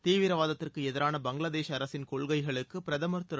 தீவிரவாதத்திற்கு எதிரான பங்களாதேஷ் அரசின் கொள்கைகளுக்கு பிரதமர் திரு